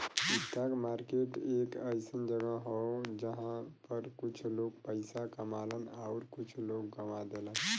stock market एक अइसन जगह हौ जहां पर कुछ लोग पइसा कमालन आउर कुछ लोग गवा देलन